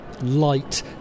light